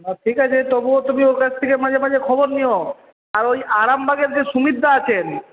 ঠিক আছে তবু তুমি ওর কাছ থেকে মাঝে মাঝে খবর নিও আর ওই আরামবাগের যে সুমিতদা আছেন